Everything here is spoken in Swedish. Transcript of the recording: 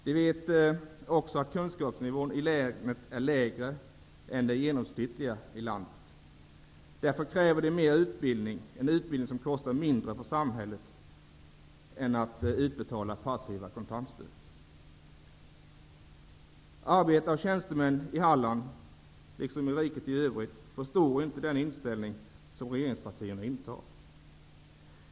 Vi vet att kunskapsnivån är lägre i Halland än hos den genomsnittliga befolkningen i landet, och därför kräver vi mer av utbildning. Utbildning kostar mindre för samhället än utbetalning av passiva kontantstöd. Arbetare och tjänstemän i Halland liksom i riket i övrigt förstår inte den inställning som regeringspartierna intar.